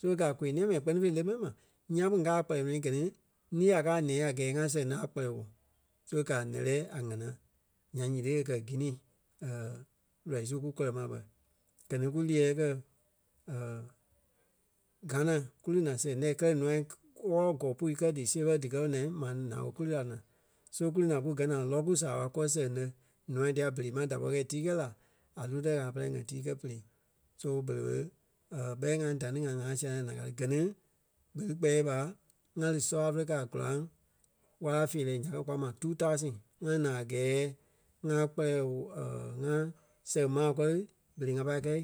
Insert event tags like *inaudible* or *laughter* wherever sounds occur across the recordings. So ka koi-nɛ̃ɛ mɛni kpɛ́ni fêi lé mɛni ma. Ńyãa kpîŋ ŋ́gaa a kpɛlɛɛ nuu gɛ ni lìi a káa a nɛ̃ɛ a gɛɛ ŋa sɛŋ lɛ́ a kpɛlɛɛ woo. So ka lɛ́lɛɛ a ŋanaa. Nyaŋ nyiti e kɛ̀ Guinea *hesitation* lɔii su kú kɔlɔ ma bɛ. Gɛ ni kú líɛɛ kɛ *hesitation* Ghana kú lí naa sɛŋ lɛ́ kɛlɛ ǹûai kɛ- wɔ́lɔ kɔpui kɛ dí siɣe bɛ dikɛ lí naa ma naa ɓé kú lí la naa. So li naa kú gɛ́ naa a lɔ́ku saaɓa kúwɔ sɛŋ lɛ́ nûa dia berei máŋ da pɔri kɛi tíi kɛi la a Lûtɛ ŋâla pɛrɛ ŋa tii kɛ́ pere. So berei ɓé *hesitation* bɛ ŋai da ni ŋai ŋa sia naa naa ka ti. Gɛ ni kpeli kpɛɛ ɓa, ŋá lí South Africa góraŋ wala feerɛ nya ɓe kwa kɛ́ ma two Thousand ŋa lí naa a gɛɛ ŋá kpɛlɛɛ woo *hesitation* ŋa sɛŋ maa kɔri berei ŋa pai kɛ̂i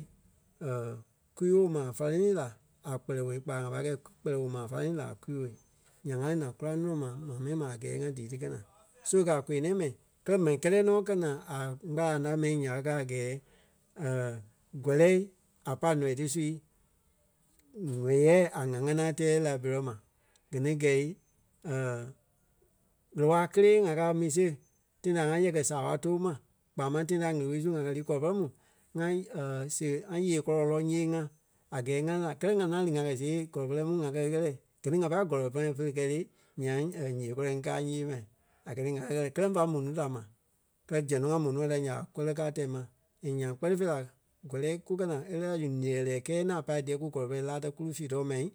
*hesitation* kwii-woo maa fálenii la a kpɛlɛɛ kpa ŋa pai kɛi kpɛlɛɛ woo maa fálenii la a kwii-woo. Nyaŋ ŋá li naa goraŋ tɔnɔ ma maa mɛni ma a gɛɛ ŋá dii ti kɛ naa. So e kɛ̀ a koi-nɛ̃ɛ mɛni kɛlɛ mɛni kɛtɛ nɔ kɛ́ naa a kpalaŋ la mɛni ya ɓé kɛ̀ a gɛɛ *hesitation* kɔlɛi a pai nɔii ti su wúyɛɛ a ŋa ŋanaa e tɛɛ Liberia ma. Gɛ ni gɛ̂i *hesitation* ɣele-wala kélee ŋa káa mi siɣe; tãi da ŋa ɣɛkɛ zaaɓa too mai kpaa máŋ tãi da ɣele-wulii ŋa kɛ́ lii kɔlɔ pɛrɛ mu ŋa *hesitation* seɣe ŋa yee kɔlɔ lɔ́ ńyee-ŋa a gɛɛ ŋa lí la kɛlɛ ŋa ŋá lí ŋa kɛ́ sée kɔlɔ pɛrɛ mu ŋa kɛ ɣɛ́lɛ. Gɛ ni ŋa pâi gɔlɔ pɔyɛ pere kɛɛ le, nyaŋ *hesitation* yée kɔlɔ ŋí káa ǹyee ma. A kɛ̀ ni ŋa ɣɛ́lɛ kɛlɛ fá mò núu da mai. Kɛ́lɛ zɛŋ nɔ ŋá mò nûa dia nya ɓa, kɔlɛi káa tɛ̀ ma. And nyaŋ kpɛ́ni fêi la kɔlɛi kukɛ naa e lɛ́ɛ la zu nìɣɛ-liɣɛi kɛɛ ŋaŋ pai díyɛ kú kɔlɔ pɛrɛ lá tɛ̀ kú lí fíi-tɔɔ mai